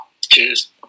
Cheers